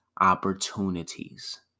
opportunities